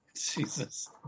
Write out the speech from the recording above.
Jesus